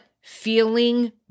feeling